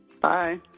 Bye